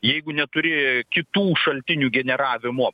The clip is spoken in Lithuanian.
jeigu neturi kitų šaltinių generavimo